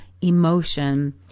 emotion